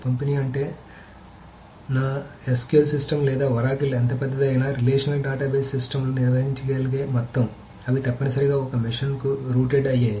పంపిణీ అంటే నా SQL సిస్టమ్ లేదా ఒరాకిల్ ఎంత పెద్దది అయినా రిలేషనల్ డేటాబేస్ సిస్టమ్లు నిర్వహించగలిగే మొత్తం అవి తప్పనిసరిగా ఒక మెషీన్కు రూటెడ్ అయ్యాయి